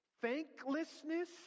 Thanklessness